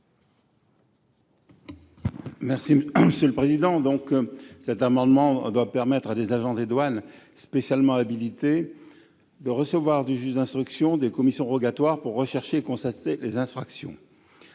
n° 76 rectifié. Cet amendement vise à permettre à des agents des douanes spécialement habilités de recevoir du juge d’instruction des commissions rogatoires pour rechercher et constater les infractions.